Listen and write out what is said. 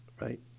Right